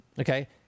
Okay